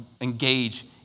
engage